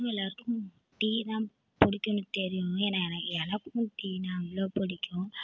இங்கே உள்ளவங்க எல்லாேருக்கும் டீ தான் பிடிக்குனு தெரியும் ஏன்னால் எனக்கும் டீன்னால் அவ்வளோ பிடிக்கும்